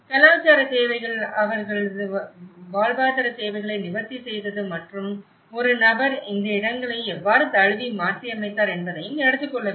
கலாச்சாரத் தேவைகள் அல்லது அவர்களின் வாழ்வாதாரத் தேவைகளை நிவர்த்தி செய்தது மற்றும் ஒரு நபர் இந்த இடங்களை எவ்வாறு தழுவி மாற்றியமைத்தார் என்பதையும் எடுத்துக்கொள்ள வேண்டும்